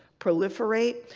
proliferate,